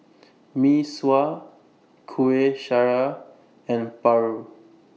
Mee Sua Kuih Syara and Paru